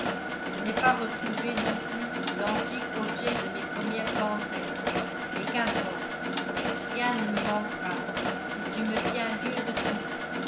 je n'ai pas retrouvé non plus l'antique objet de mes premières tendresses mais qu'importe rien ne me manquera si tu me tiens lieu de tout